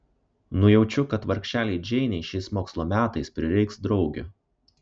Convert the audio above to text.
nujaučiu kad vargšelei džeinei šiais mokslo metais prireiks draugių